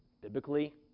biblically